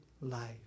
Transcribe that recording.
life